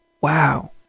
wow